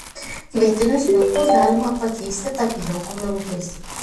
kvietinius miltus galima pakeisti tapijokų miltais